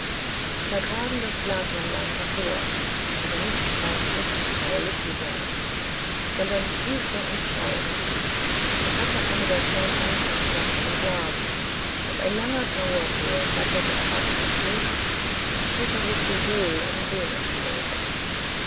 da kam das glasmännlein hervor aber nicht freundlich und traulich wie sonst sondern düster und traurig es hatte ein röcklein an von schwarzem glas und ein langer trauerflor flatterte herab vom hut und peter wußte wohl um wen es traure